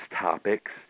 topics